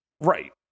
Right